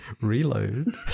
Reload